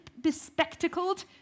bespectacled